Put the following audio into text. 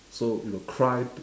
so you will cry